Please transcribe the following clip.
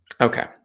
okay